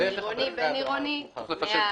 בין-עירוני ו-50% בגין אי-תיקוף.